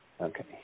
Okay